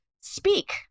speak